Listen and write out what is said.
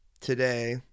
today